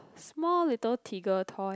small little tigger toy